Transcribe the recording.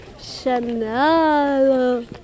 Chanel